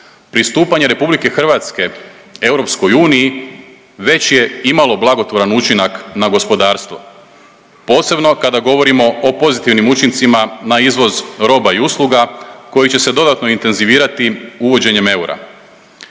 Pristupanje RH EU već je imalo blagotvoran učinak na gospodarstvo, posebno kada govorimo o pozitivnim učincima na izvoz roba i usluga koji će se dodatno intenzivirati uvođenjem eura.